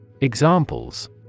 Examples